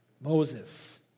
Moses